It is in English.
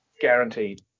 guaranteed